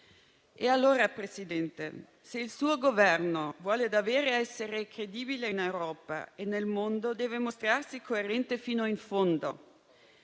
Allora, presidente Meloni, se il suo Governo vuole davvero essere credibile in Europa e nel mondo, deve mostrarsi coerente fino in fondo.